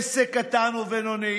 עסק קטן ובינוני